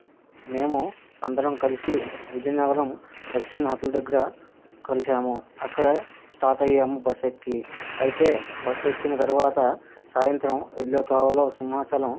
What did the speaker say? మేము అందరం కలిసి విజయనగరం ఎస్విన్ హోటల్ దగ్గర కలిసాము అక్కడ స్టార్ట్ అయ్యాము బస్ ఎక్కి అయితే బస్ ఎక్కిన తర్వాత సాయంత్రం వెళ్ళే త్రోవలో సింహాచలం